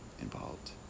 involved